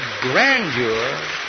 grandeur